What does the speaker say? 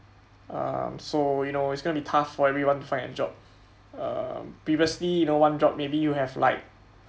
err um so you know it's going to be tough for everyone to find a job um previously you know one job maybe you have like